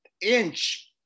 inch